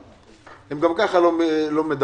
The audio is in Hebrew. הן גם ככה לא מדווחות.